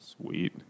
Sweet